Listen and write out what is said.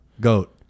Goat